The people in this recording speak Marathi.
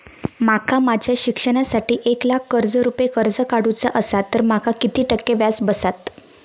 माका माझ्या शिक्षणासाठी एक लाख रुपये कर्ज काढू चा असा तर माका किती टक्के व्याज बसात?